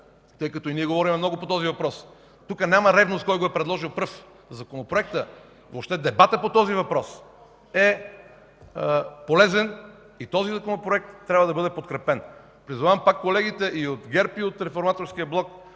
И ние говорим много по този въпрос. Тук няма ревност кой го е предложил пръв Законопроекта, въобще дебатът по този въпрос е полезен и този Законопроект трябва да бъде подкрепен. Призовавам пак колегите и от ГЕРБ, и от Реформаторския блок,